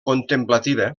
contemplativa